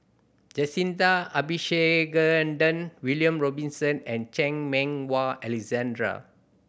Jacintha Abisheganaden William Robinson and Chan Meng Wah Alexander